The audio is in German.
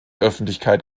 öffentlichkeit